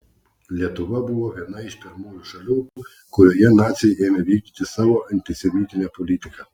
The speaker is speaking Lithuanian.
lietuva buvo viena iš pirmųjų šalių kurioje naciai ėmė vykdyti savo antisemitinę politiką